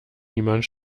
niemand